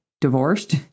divorced